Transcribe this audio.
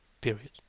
period